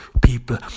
people